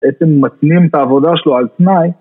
בעצם מתנים את העבודה שלו על תנאי